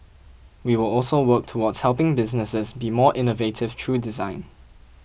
we will also work towards helping businesses be more innovative through design